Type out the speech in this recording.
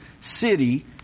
city